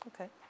Okay